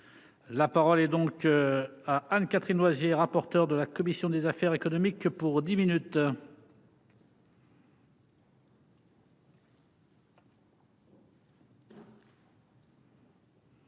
la parole est donc Anne-Catherine Loisier, rapporteur de la commission des affaires économiques pour 10 minutes.